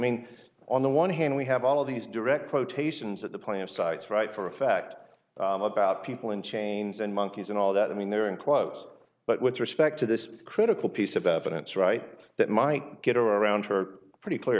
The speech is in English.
mean on the one hand we have all of these direct quotations at the plant sites right for a fact about people in chains and monkeys and all that i mean they're in quotes but with respect to this critical piece of evidence right that might get around her pretty clear